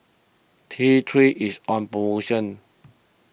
T three is on promotion